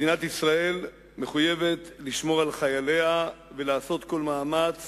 מדינת ישראל מחויבת לשמור על חייליה ולעשות כל מאמץ